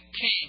king